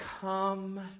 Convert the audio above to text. Come